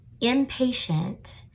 impatient